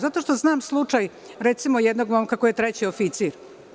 Zato što znam slučaj, recimo, jednog momka koji je treći oficir.